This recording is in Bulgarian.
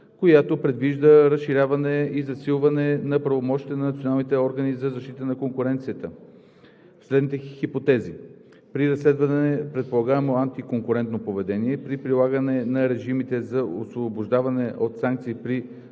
която предвижда разширяване и засилване на правомощията на националните органи за защита на конкуренцията в следните хипотези: при разследване на предполагаемо антиконкурентно поведение, при прилагане на режимите за освобождаване от санкции при